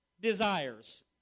desires